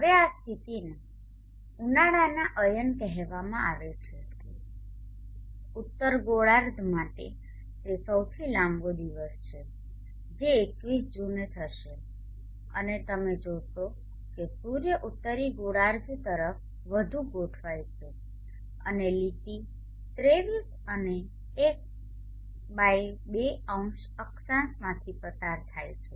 હવે આ સ્થિતિને ઉનાળાના અયન કહેવામાં આવે છે ઉત્તર ગોળાર્ધ માટે તે સૌથી લાંબો દિવસ છે જે 21 જૂને થશે અને તમે જોશો કે સૂર્ય ઉત્તરી ગોળાર્ધ તરફ વધુ ગોઠવાય છે અને લીટી 23 અને 120 અક્ષાંશમાંથી પસાર થાય છે